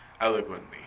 eloquently